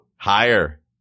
Higher